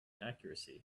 accuracy